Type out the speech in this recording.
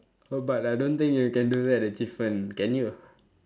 err but I don't think you can do that achievement can you